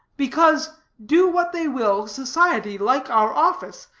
because, do what they will, society, like our office,